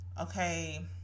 okay